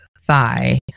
thigh